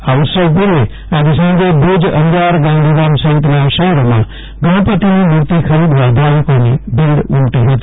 આ ઉત્સવ પૂર્વે આજે સાંજે ભુજ અંજાર ગાંધીધામ સફિતના શફેરોમાં ગણપતિની મૂર્તિ ખરીદવા ભાવિકોની ભીડ ઉમટી ફતી